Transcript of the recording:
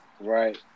Right